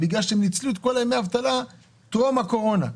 בגלל שהם ניצלו את כל ימי האבטלה טרום הקורונה.